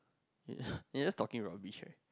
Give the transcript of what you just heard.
okay you just talking about beach